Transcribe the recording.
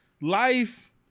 Life